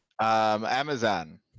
Amazon